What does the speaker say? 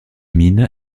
mine